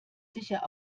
sicher